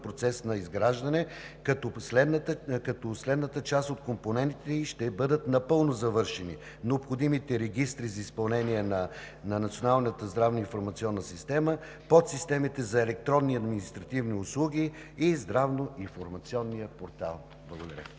процес на изграждане, като следната част от компонентите ѝ ще бъдат напълно завършени: необходимите регистри за изпълнение на Националната здравна информационна система, подсистемите за електронни и административни услуги и здравно информационният портал. Благодаря.